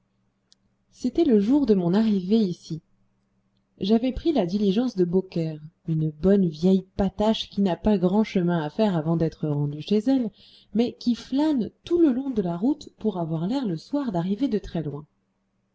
c'était le jour de mon arrivée ici j'avais pris la diligence de beaucaire une bonne vieille patache qui n'a pas grand chemin à faire avant d'être rendue chez elle mais qui flâne tout le long de la route pour avoir l'air le soir d'arriver de très loin